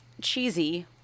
cheesy